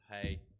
hey